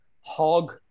hog